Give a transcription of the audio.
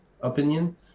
opinion